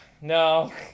no